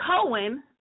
Cohen